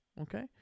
Okay